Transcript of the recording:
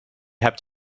hebt